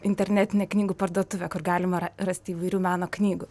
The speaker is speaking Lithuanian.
internetinė knygų parduotuvė kur galima ra rasti įvairių meno knygų